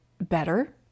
better